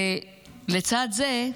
ולצד זה,